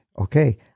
okay